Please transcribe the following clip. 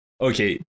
okay